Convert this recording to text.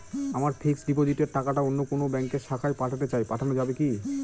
আমার ফিক্সট ডিপোজিটের টাকাটা অন্য কোন ব্যঙ্কের শাখায় পাঠাতে চাই পাঠানো যাবে কি?